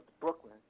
Brooklyn